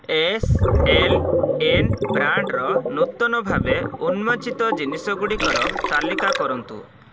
S L N ବ୍ରାଣ୍ଡ୍ର ନୂତନ ଭାବେ ଉନ୍ମୋଚିତ ଜିନିଷଗୁଡ଼ିକର ତାଲିକା କରନ୍ତୁ